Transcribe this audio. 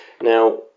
Now